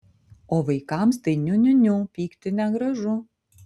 o vaikams tai niu niu niu pykti negražu